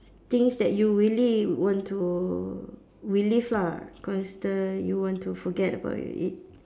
things that you really want to relive lah cause the you want to forget about it